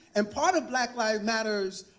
and part of black lives matters